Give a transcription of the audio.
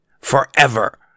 Forever